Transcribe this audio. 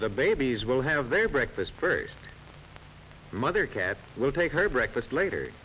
the babies will have their breakfast first mother cat will take her breakfast later